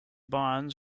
bonds